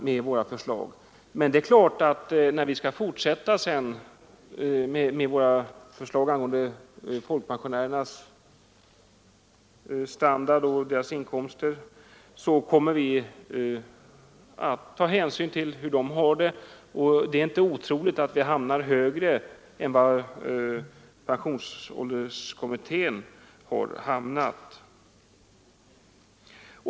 När vi sedan skall fortsätta med våra förslag angående folkpensionärernas standard och deras inkomster, kommer vi att ta hänsyn till hur de har det, och det är inte otroligt att vi då hamnar högre än vad pensionsålderskommittén har föreslagit.